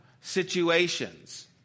situations